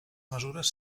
mesures